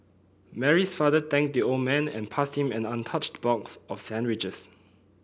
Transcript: Mary's father thanked the old man and passed him an untouched box of sandwiches